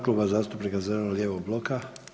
Kluba zastupnika zeleno-lijevog bloka.